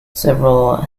several